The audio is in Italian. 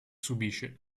subisce